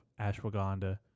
ashwagandha